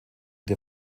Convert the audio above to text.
der